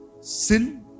Sin